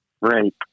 Right